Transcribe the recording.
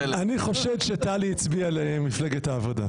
אני חושד שטלי הצביעה למפלגת העבודה.